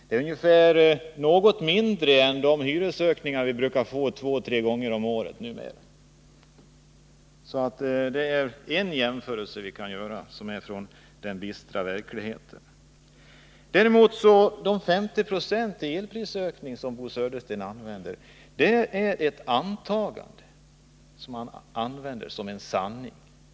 Det är något mindre än de hyresökningar vi brukar få två eller tre gånger om året — det är en jämförelse vi kan göra i den bistra verkligheten. Den elprisökning med 50 76 som Bo Södersten talar om är däremot ett antagande, som han presenterar som en sanning.